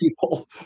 people